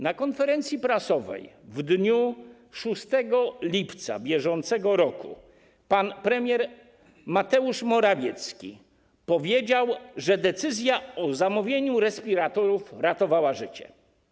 Na konferencji prasowej w dniu 6 lipca br. pan premier Mateusz Morawiecki powiedział, że decyzja o zamówieniu respiratorów ratowała życie.